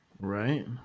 Right